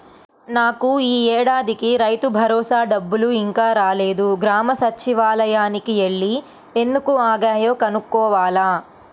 నాకు యీ ఏడాదికి రైతుభరోసా డబ్బులు ఇంకా రాలేదు, గ్రామ సచ్చివాలయానికి యెల్లి ఎందుకు ఆగాయో కనుక్కోవాల